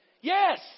Yes